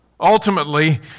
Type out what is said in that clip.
Ultimately